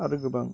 आरो गोबां